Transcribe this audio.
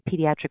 Pediatric